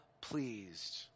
pleased